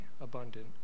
abundant